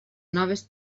noves